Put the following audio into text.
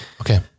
Okay